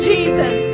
Jesus